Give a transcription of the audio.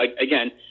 Again